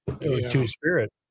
Two-Spirit